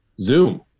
Zoom